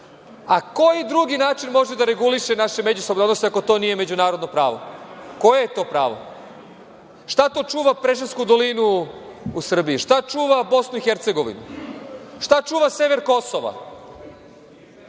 Koji drugi način može da reguliše međusobne odnose, ako to nije međunarodno pravo? Koje je to pravo? Šta to čuva Preševsku dolinu u Srbiji? Šta čuva Bosnu i Hercegovinu? Šta čuva sever Kosova? Na